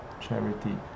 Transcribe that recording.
charity